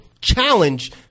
challenge